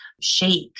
shake